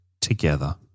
together